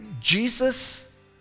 Jesus